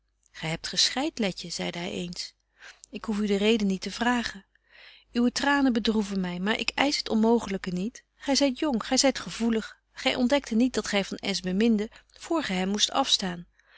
gy hebt geschreit letje zeide hy eens ik hoef u de reden niet te vragen uwe tranen bedroeven my maar ik eisch het onmooglyke niet gy zyt jong gy zyt gevoelig gy ontdekte niet dat gy van s beminde betje wolff en aagje deken historie van mejuffrouw sara burgerhart vr gy hem moest afstaan